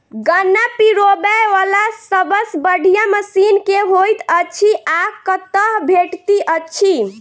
गन्ना पिरोबै वला सबसँ बढ़िया मशीन केँ होइत अछि आ कतह भेटति अछि?